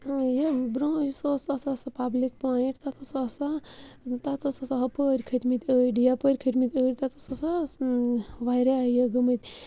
یہِ برٛونٛہہ یُس اوس آس آسان سُہ پَبلِک پویِنٛٹ تَتھ اوس آسان تَتھ ٲس آسان ہُپٲرۍ کھٔتۍمٕتۍ أڑۍ یَپٲرۍ کھٔتۍمٕتۍ أڑۍ تَتھ اوس آسان واریاہ یہِ گٔمٕتۍ